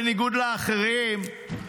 בניגוד לאחרים,